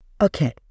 Okay